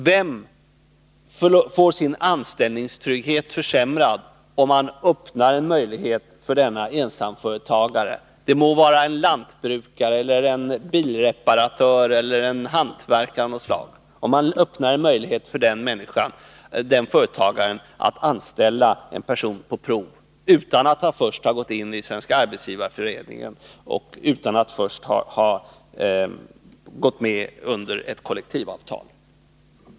Vem får sin anställningstrygghet försämrad, om man öppnar en möjlighet för denna ensamföretagare — det må vara en lantbrukare, en bilreparatör eller en hantverkare av något slag — att anställa en person på prov, utan att företagaren först har gått in i Svenska arbetsgivareföreningen och utan att först ha gått in under ett kollektivavtal?